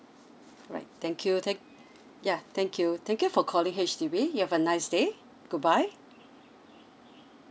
alright thank you thank yeah thank you thank you for calling H_D_B you have a nice day goodbye